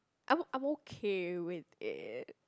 I'm I'm okay with it